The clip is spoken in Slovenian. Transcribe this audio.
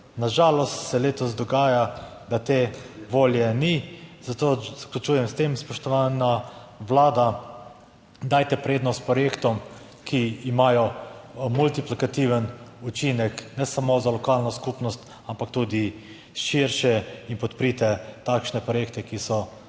Na žalost se letos dogaja, da te volje ni, zato zaključujem s tem, spoštovana Vlada, dajte prednost projektom, ki imajo multiplikativen učinek, ne samo za lokalno skupnost, ampak tudi širše in podprite takšne projekte, ki so nujno,